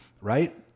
right